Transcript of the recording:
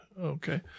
Okay